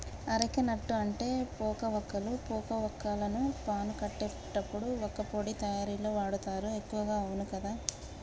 areca nut అంటే పోక వక్కలు, పోక వాక్కులను పాను కట్టేటప్పుడు వక్కపొడి తయారీల వాడుతారు ఎక్కువగా అవును కదా